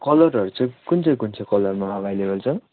कलरहरू चाहिँ कुन चाहिँ कुन चाहिँ कलरमा एभाइलेबल छ